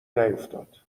نیفتاد